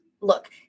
look